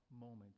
moment